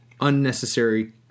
unnecessary